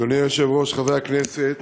אדוני היושב-ראש, חברי הכנסת,